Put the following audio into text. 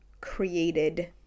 created